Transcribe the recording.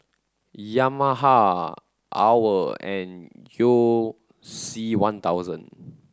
Yamaha OWL and You C one thousand